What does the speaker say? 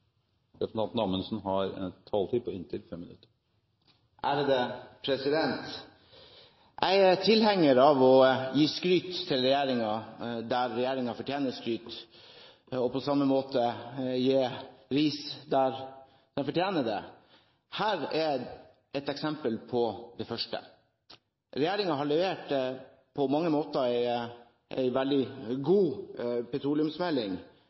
tilhenger av å gi skryt til regjeringen der regjeringen fortjener skryt, og på samme måte gi ris der den fortjener det. Her er et eksempel på det første. Regjeringen har på mange måter levert en veldig god petroleumsmelding,